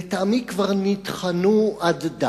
לטעמי כבר נטחנו עד דק.